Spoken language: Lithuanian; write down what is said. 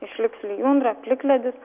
išliks lijundra plikledis